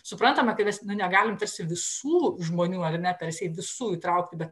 suprantame kad mes nu negalim visų žmonių ar ne tarsi visų įtraukti